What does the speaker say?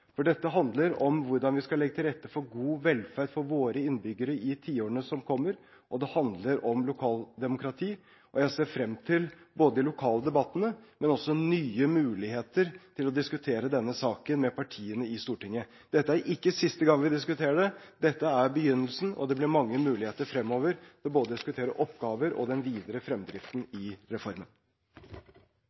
nødvendig. Dette handler om hvordan vi skal legge til rette for god velferd for våre innbyggere i tiårene som kommer, og det handler om lokaldemokrati. Og jeg ser frem til både de lokale debattene og også nye muligheter til å diskutere denne saken med partiene i Stortinget. Dette er ikke siste gang vi diskuterer det; dette er begynnelsen, og det blir mange muligheter fremover til å diskutere både oppgaver og den videre fremdriften i reformen.